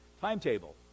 timetable